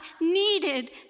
needed